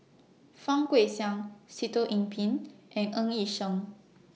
Fang Guixiang Sitoh Yih Pin and Ng Yi Sheng